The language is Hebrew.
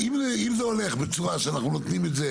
אם זה הולך בצורה שנותנים את זה